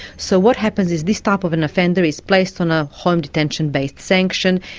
so what happens is this type of an offender is placed on a home detention based sanction,